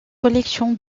collection